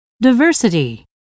Diversity